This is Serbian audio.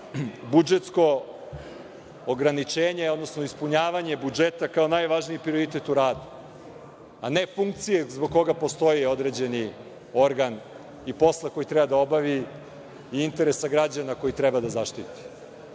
budžetsko ograničenje, odnosno ispunjavanje budžeta kao najvažniji prioritet u radu, a ne funkcije zbog koga postoji određeni organ i posla koji treba da obavi i interesa građana koji treba da zaštiti. To